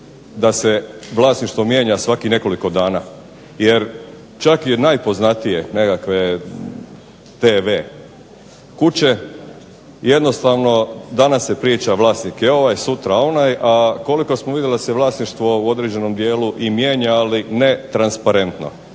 da se vlasništvo mijenja svakih nekoliko dana jer čak i najpoznatije nekakve tv kuće jednostavno danas se priča vlasnik je ovaj, sutra onaj, a koliko smo vidjeli da se vlasništvo u određenom dijelu i mijenja, ali ne transparentno.